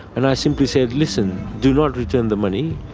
and i simply said, listen, do not return the money.